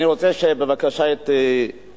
אני רוצה בבקשה את הקשבתך.